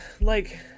like-